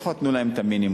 לפחות תנו להם את המינימום.